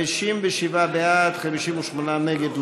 57 בעד, 58 נגד.